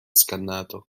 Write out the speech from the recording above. scannato